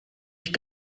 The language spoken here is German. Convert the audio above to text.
ich